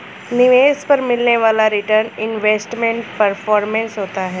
निवेश पर मिलने वाला रीटर्न इन्वेस्टमेंट परफॉरमेंस होता है